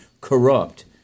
corrupt